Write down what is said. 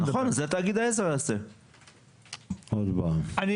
מדובר במקרה של הפרטת סמכויות שיש עמה פגיעה הכרחית בפרטיותם